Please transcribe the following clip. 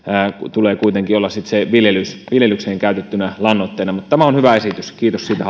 tulee kuitenkin olla viljelykseen viljelykseen käytettynä lannoitteena mutta tämä on hyvä esitys kiitos siitä